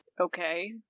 Okay